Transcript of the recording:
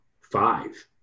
five